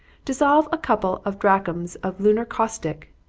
dissolve a couple of drachms of lunar caustic,